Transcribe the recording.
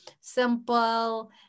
simple